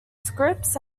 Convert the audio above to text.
scripts